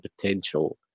potential